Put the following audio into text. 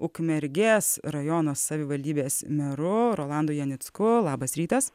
ukmergės rajono savivaldybės meru rolandu janicku labas rytas